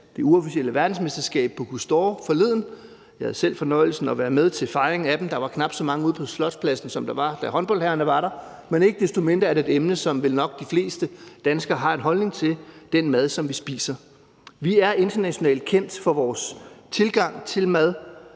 det uofficielle verdensmesterskab Bocuse d’Or forleden. Jeg havde selv fornøjelsen af at være med til fejringen. Der var knap så mange ude på Slotspladsen, som der var, da håndboldherrerne var der, men ikke desto mindre er det et emne, som vel nok de fleste danskere har en holdning til, nemlig den mad, som vi spiser. Vi er internationalt kendt for vores tilgang til mad,